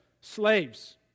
slaves